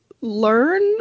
learn